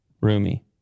Roomy